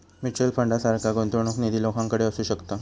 mutual फंडासारखा गुंतवणूक निधी लोकांकडे असू शकता